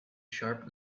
sharp